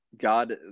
God